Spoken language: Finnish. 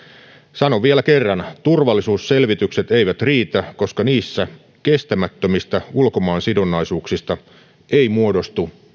sanon vielä kerran turvallisuusselvitykset eivät riitä koska niissä kestämättömistä ulkomaansidonnaisuuksista ei muodostu